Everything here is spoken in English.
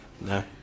No